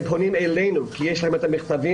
הם פונים אלינו כי יש להם את המכתבים.